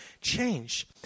change